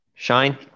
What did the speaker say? Shine